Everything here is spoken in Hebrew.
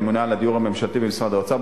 הממונה על הדיור הממשלתי במשרד האוצר,